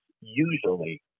usually